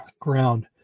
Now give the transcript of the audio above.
ground